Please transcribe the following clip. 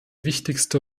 wichtigste